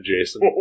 Jason